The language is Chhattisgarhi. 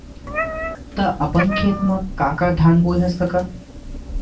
त अपन खेत म का का धान बोंए हस कका?